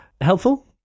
helpful